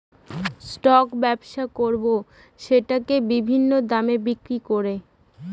stock ব্যবসা করাবো সেটাকে বিভিন্ন দামে বিক্রি করে